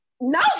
No